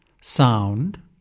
sound